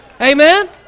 Amen